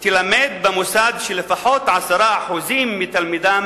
תילמד במוסד שלפחות 10% מהתלמידים